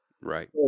Right